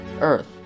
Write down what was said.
Earth